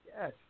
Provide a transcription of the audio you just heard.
Yes